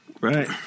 Right